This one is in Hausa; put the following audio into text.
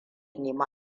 nemi